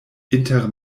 inter